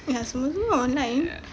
ya semua semua online